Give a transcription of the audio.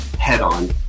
head-on